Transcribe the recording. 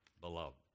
beloved